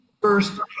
first